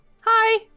hi